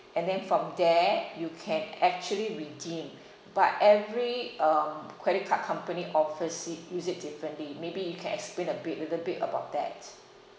and then from there you can actually redeem but every um credit card company offers it use it differently maybe you can explain a bit little bit about that